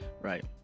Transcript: Right